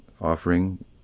offering